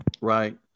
Right